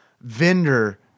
vendor